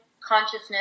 consciousness